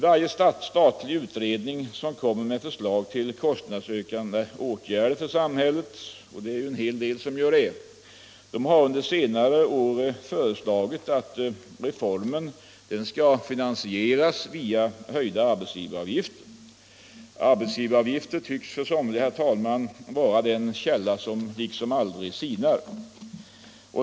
Varje statlig utredning som kommer med förslag till för samhället kostnadsökande åtgärder — och det gör ju en hel del utredningar — har under senare år angivit att reformen skall finansieras via höjda arbetsgivaravgifter. Arbetsgivaravgiften tycks för somliga, herr talman, vara den källa som aldrig sinar.